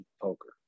poker